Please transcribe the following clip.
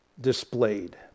displayed